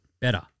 better